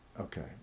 Okay